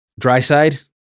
Dryside